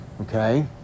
Okay